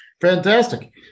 Fantastic